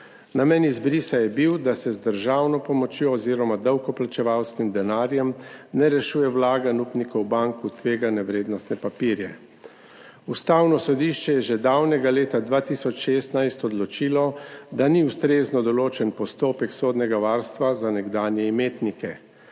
Namen izbrisa je bil, da se z državno pomočjo oziroma davkoplačevalskim denarjem ne rešuje vlaganj upnikov bank v tvegane vrednostne papirje. Ustavno sodišče je že davnega leta 2016 odločilo, da ni ustrezno določen postopek sodnega varstva za nekdanje imetnike.